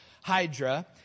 hydra